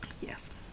Yes